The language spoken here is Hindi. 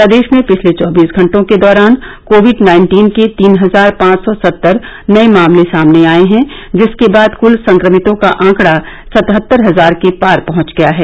प्रदेश में पिछले चौबीस घंटों के दौरान कोविड नाइन्टीन के तीन हजार पांच सौ सत्तर नए मामले सामने आए हैं जिसके बाद कुल संक्रमितों का आंकडा सतहत्तर हजार के पार पहंच गया है